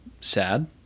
sad